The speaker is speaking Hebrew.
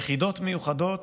יחידות מיוחדות,